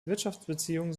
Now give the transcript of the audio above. wirtschaftsbeziehungen